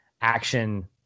action